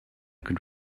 could